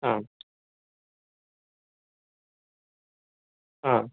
ആ ആ